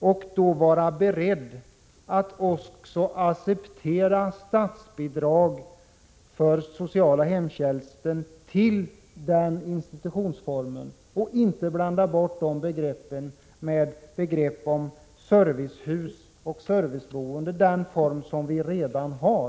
Är ni då beredda att också acceptera statsbidrag för sociala hemtjänsten till den institutionsformen utan att blanda bort det begreppet med begrepp som servicehus och serviceboende, en form som vi redan har?